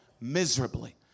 miserably